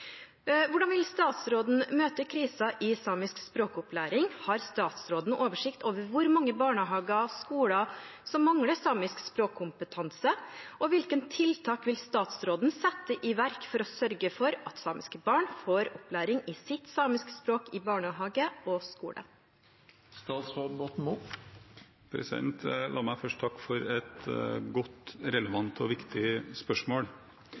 Hvordan vil statsråden møte krisen i samisk språkopplæringen, har statsråden oversikt over hvor mange barnehager og skoler som mangler samisk språkkompetanse, og hvilke tiltak vil statsråden sette i verk for å sørge for at samiske barn får opplæring i sitt samiske språk i barnehage og skole?» La meg først takke for et godt, relevant og viktig spørsmål.